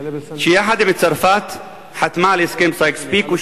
שיחד עם צרפת חתמה על הסכם סייקס-פיקו,